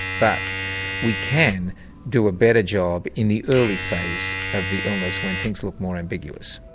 but we can do a better job in the early phase of the illness when things look more ambiguous.